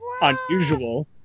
unusual